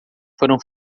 foram